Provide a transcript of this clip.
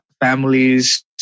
families